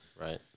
Right